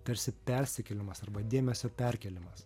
tarsi persikėlimas arba dėmesio perkėlimas